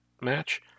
match